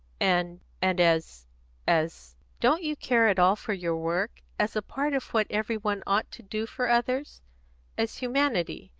and and as as don't you care at all for your work as a part of what every one ought to do for others as humanity,